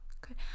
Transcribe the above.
good